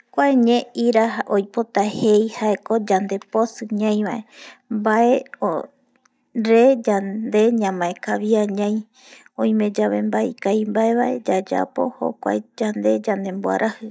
Kua ñe ira oipota jei jaeko yandeposɨ ñaivae, mbaere yande ñamaekavia ñai oime yave yande mbae ikavi mbae yayapo jokuae yande yandemboarajɨ